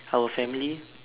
our family